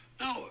No